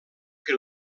que